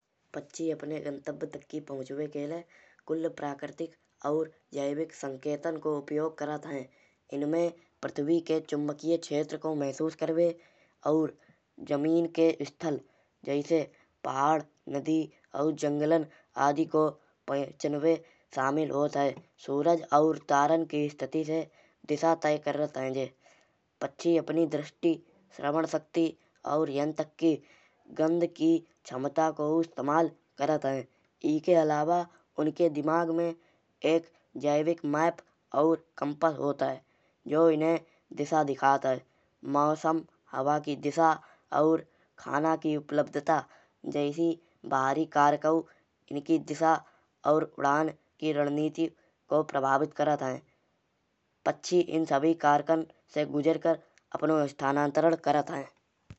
मोटरसाइकिल और बाइक दोनौं में एक अलग अनोखा आकर्षण पाओ जात है। लेकिन वे अनुभव पूरी तरह से भिन्न होत है। जब हुम मोटरबाइक के बारे में सोचत है। तऊ हमायें तेज गति और मजा के बारे में सुझाव आत है। और स्वतंत्रता की भावना स्पस्ट रूप से ऊपर उभर आत है। जो थ्रिल और एडवेंचर दोनौं की अनुभूति करात है। जो एक ऐसो अनुभव है। जो आपको प्रकृति के साथ जुड़वे कू अवसर देत है। खासकर जब जब आप पहाड़ी रास्तन पर हो। या कोई खुले मैदान में हो। जो एक प्रकार की शक्ति और नियंत्रण की भावना प्रदान करात है। दूसरी ओर साइकिल की अनुभव कई अधिक शांत सरल और सुकून भारो होत है। हुमें साइकिल और मोटरसाइकिल में कोई एक चुनिवे होय। तऊ हम मोटर साइकिल कू चुनिये।